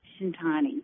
Shintani